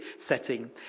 setting